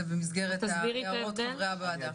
זה במסגרת הערות חברי הוועדה.